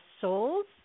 souls